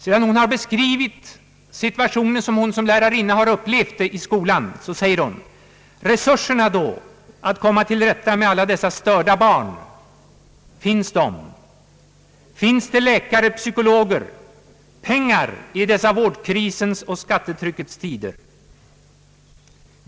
Sedan hon beskrivit situationen sådan hon som lärarinna upplevt den i skolan, säger hon: »Resurserna då, att komma till rätta med alla dessa störda barn, finns de? Finns det läkare, psykologer, pengar i dessa vårdkrisens och skattetryckets tider?